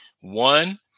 One